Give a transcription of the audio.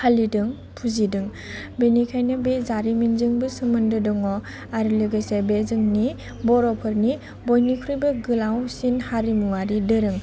फालिदों फुजिदों बेनिखायनो बे जारिमिनजोंबो सोमोन्दो दङ आरो लोगोसे बे जोंनि बर'फोरनि बयनिख्रुइबो गोलावसिन हारिमुवारि दोहोरोम